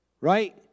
right